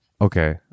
Okay